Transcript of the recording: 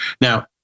Now